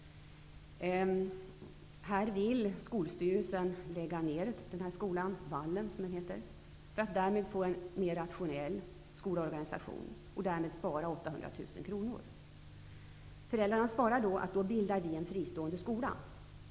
Skolstyrelsen vill nämligen lägga ner skolan där, Vallen, för att åstadkomma en mer rationell skolorganisation och på det sättet spara 800 000 kr. Föräldrarna svarar: Då bildar vi en fristående skola.